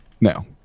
No